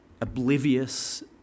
oblivious